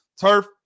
Turf